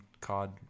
COD